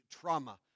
trauma